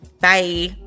Bye